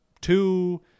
two